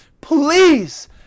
please